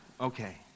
Okay